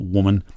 Woman